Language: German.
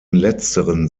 letzteren